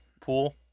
pool